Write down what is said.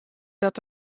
dat